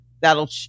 that'll